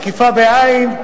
עקיפה, בעי"ן.